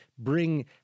Bring